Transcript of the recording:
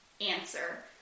answer